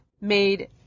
made